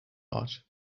art